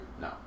No